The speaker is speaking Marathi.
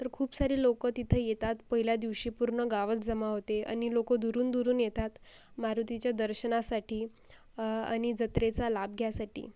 तर खूप सारे लोक तिथं येतात पहिल्या दिवशी पूर्ण गावच जमा होते आणि लोक दुरूनदुरून येतात मारुतीच्या दर्शनासाठी आणि जत्रेचा लाभ घ्यायसाठी